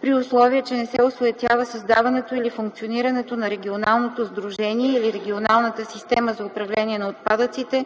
при условие че не се осуетява създаването или функционирането на регионалното сдружение или регионалната система за управление на отпадъците